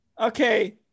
Okay